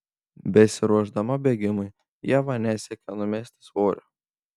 besiruošdama bėgimui ieva nesiekia numesti svorio